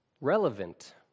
relevant